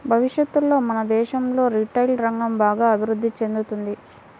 భవిష్యత్తులో మన దేశంలో రిటైల్ రంగం బాగా అభిరుద్ధి చెందుతుంది